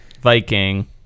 Viking